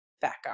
backup